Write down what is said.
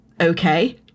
okay